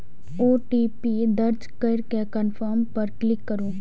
OTP दर्ज करै के कंफर्म पर क्लिक करू